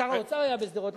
שר האוצר היה בשדרות.